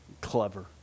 clever